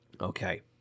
Okay